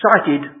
cited